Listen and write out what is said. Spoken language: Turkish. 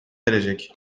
erecek